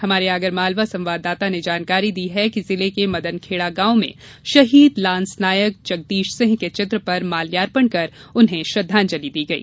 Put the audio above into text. हमारे आगरमालवा संवाददाता ने जानकारी दी है कि जिले के मदनखेड़ा गांव में शहीद लान्स नायक जगदीश सिंह के चित्र पर माल्यार्पण कर उन्हें श्रद्वांजलि दी गई